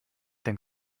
denn